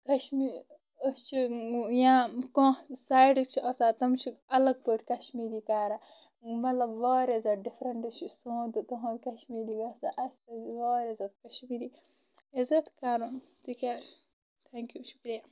أسۍ چھِ یا کانٛہہ سایڈٕکۍ چھ آسان تم چھِ الگ پٲٹھۍ کشمیٖری کران مطلب واریاہ زیادٕ ڈِفرنٹ چھُ سون تہِ تِہُند کشمیٖری آسان اسہِ پزِ کشمیٖری زبان عِزتھ کرُن تِکیازِ تھینکیو شُکرِیہ